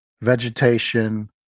vegetation